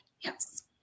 yes